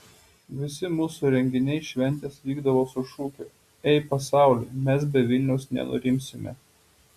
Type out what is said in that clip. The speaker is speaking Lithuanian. visi mūsų renginiai šventės vykdavo su šūkiu ei pasauli mes be vilniaus nenurimsime